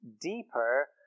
deeper